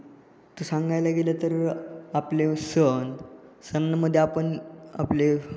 तो सांगायला गेलं तर आपले सण सणांमध्ये आपण आपले